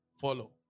follow